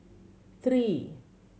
three